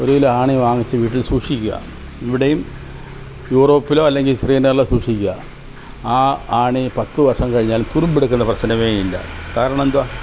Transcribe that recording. ഒരു കിലോ ആണി വാങ്ങിച്ച് വീട്ടിൽ സൂക്ഷിക്കുക ഇവിടെയും യുറോപ്പിലോ അല്ലെങ്കിൽ ശ്രീനഗറിലോ സൂക്ഷിക്കുക ആ ആണി പത്ത് വർഷം കഴിഞ്ഞാലും തുരുമ്പെടുക്കുന്ന പ്രശ്നമേ ഇല്ല കാരണം എന്തുവാ